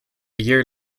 year